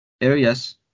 areas